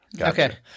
Okay